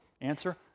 Answer